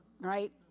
right